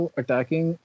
attacking